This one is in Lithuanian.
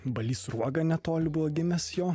balys sruoga netoli buvo gimęs jo